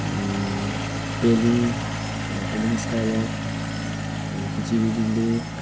पेलिङ पेलिङ स्काइवकहरू खिचिबेरी लेक